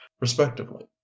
respectively